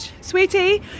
Sweetie